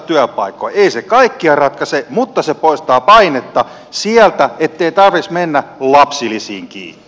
ei se kaikkea ratkaise mutta se poistaa painetta sieltä ettei tarvitsisi mennä lapsilisiin kiinni